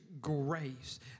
grace